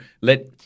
Let